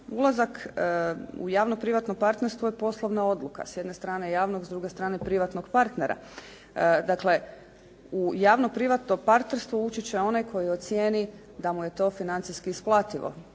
Ulazak u javno privatno partnerstvo je poslovna odluka, s jedne strane javno, s druge strane privatnog partnera. Dakle, u javno privatno partnerstvo uči će onaj koji ocijeni da mu je to financijski isplativo.